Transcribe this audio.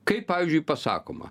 kai pavyzdžiui pasakoma